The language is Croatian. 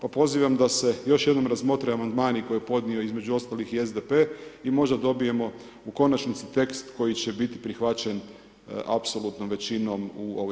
Pa pozivam da se još jednom razmotri amandmani, koje je podnio, između ostalih i SDP i možda dobijemo u konačnici tekst koji će biti prihvaćen apsolutnom većinom u ovoj sabornici.